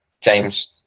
James